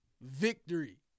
victory